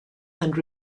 and